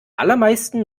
allermeisten